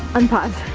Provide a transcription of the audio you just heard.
unpause.